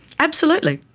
absolutely.